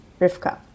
rivka